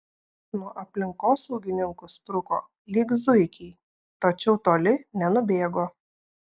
nuo aplinkosaugininkų spruko lyg zuikiai tačiau toli nenubėgo